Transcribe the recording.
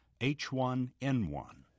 H1N1